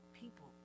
people